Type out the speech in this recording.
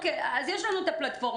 אז יש לנו את הפלטפורמה,